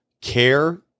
care